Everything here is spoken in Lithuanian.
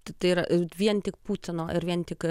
tai yra ir vien tik putino ar vien tik